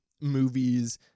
movies